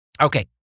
Okay